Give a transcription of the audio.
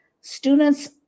students